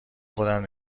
خودم